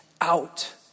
out